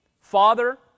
Father